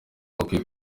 bakwiye